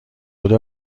بدو